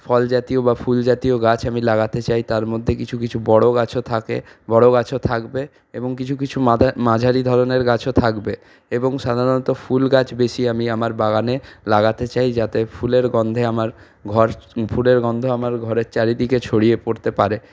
ফলজাতীয় বা ফুলজাতীয় গাছ আমি লাগাতে চাই তার মধ্যে কিছু কিছু বড়ো গাছও থাকে বড়ো গাছও থাকবে এবং কিছু কিছু মাদা মাঝারি ধরনের গাছও থাকবে এবং সাধারণত ফুল গাছ বেশি আমি আমার বাগানে লাগাতে চাই যাতে ফুলের গন্ধে আমার ঘর ফুলের গন্ধ আমার ঘরের চারিদিকে ছড়িয়ে পড়তে পারে